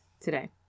today